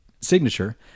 signature